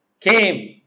came